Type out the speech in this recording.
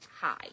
high